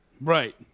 Right